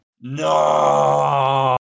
No